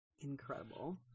Incredible